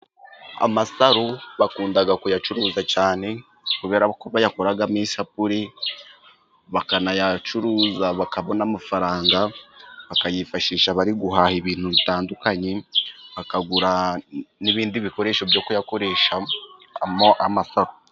Amasaro bakunda kuyacuruza cyane, kubera ko bayakuramo ishapuri, bakanayacuruza bakabona amafaranga bakayifashisha bari guhaha ibintu bitandukanye, bakagura n'ibindi bikoresho byo kuyakoreshamo amasaro.